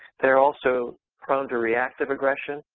they're also prone to reactive aggression.